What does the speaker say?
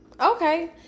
Okay